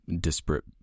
disparate